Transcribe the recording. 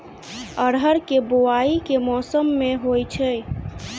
अरहर केँ बोवायी केँ मौसम मे होइ छैय?